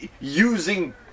using